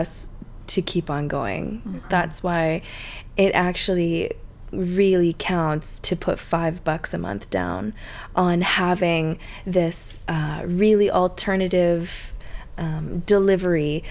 us to keep on going that's why it actually read really counts to put five bucks a month down on having this really alternative delivery